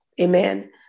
Amen